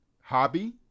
hobby